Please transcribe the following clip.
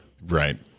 Right